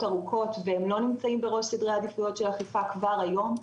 ארוכות והם לא נמצאים בראש סדרי העדיפויות של אכיפה כבר היום,